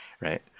Right